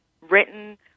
written